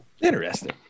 Interesting